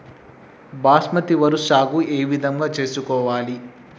బాస్మతి వరి సాగు ఏ విధంగా చేసుకోవాలి?